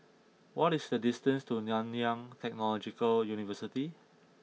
what is the distance to Nanyang Technological University